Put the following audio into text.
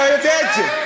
אתה יודע את זה.